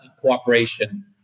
cooperation